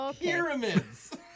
Pyramids